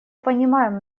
понимаем